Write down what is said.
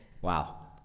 Wow